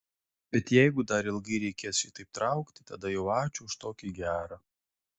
bet jeigu dar ilgai reikės šitaip traukti tada jau ačiū už tokį gerą